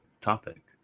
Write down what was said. topic